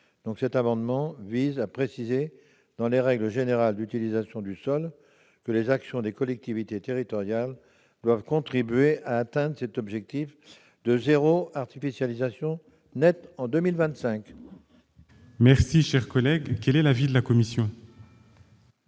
Cet amendement vise à préciser, dans les règles générales d'utilisation du sol, que les actions des collectivités territoriales doivent contribuer à atteindre cet objectif de zéro artificialisation nette en 2025. Quel est l'avis de la commission